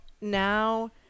now